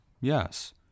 Yes